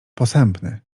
posępny